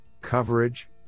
coverage